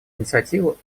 инициативу